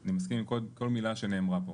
אני מסכים עם כל מילה שנאמרה פה.